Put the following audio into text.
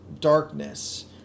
darkness